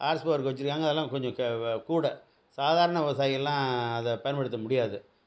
ஆர்எஸ்போ அதுக்கு வச்சிருக்காங்க அதெல்லாம் கொஞ்சம் கூட சாதாரண விவசாயிகள்லாம் அதை பயன்படுத்த முடியாது